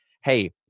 hey